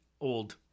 old